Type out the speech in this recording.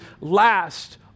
last